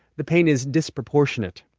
the pain is disproportionate.